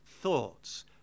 thoughts